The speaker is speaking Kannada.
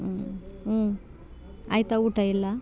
ಹ್ಞೂ ಹ್ಞೂ ಆಯ್ತಾ ಊಟ ಎಲ್ಲ